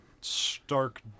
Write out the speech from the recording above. stark